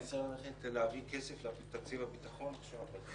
אני צריך ללכת להעביר הכסף לתקציב הביטחון עכשיו.